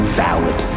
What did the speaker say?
valid